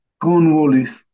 Cornwallis